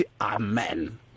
amen